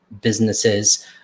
businesses